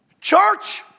Church